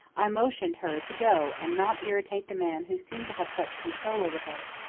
i motioned her to go and not irritate the man who seemed to have such control over her.